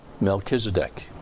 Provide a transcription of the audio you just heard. Melchizedek